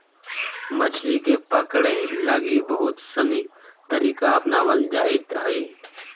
मछली के पकड़े लगी बहुत सनी तरीका अपनावल जाइत हइ